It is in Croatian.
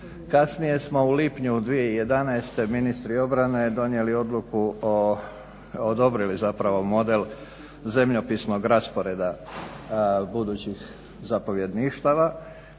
Kasnije smo u lipnju 2011. ministri obrane donijeli odluku o, odobrili zapravo model zemljopisnog rasporeda budućih zapovjedništava